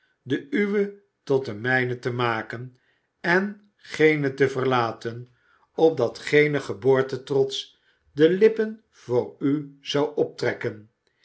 de uwe tot de mijne te maken en gene te verlaten opdat geene geboortetrots de lippen voor u zou optrekken